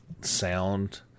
sound